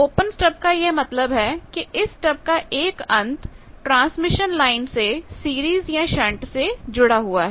open stub का यह मतलब है कि इस स्टब का एक अंत ट्रांसमिशन लाइन से सीरीज या शंट सेजुड़ा हुआ है